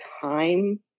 time